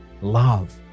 love